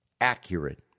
accurate